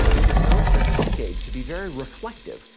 it was known for decades to be very reflective,